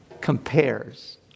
compares